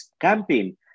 campaign